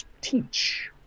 teach